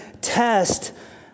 test